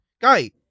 Guy